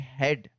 head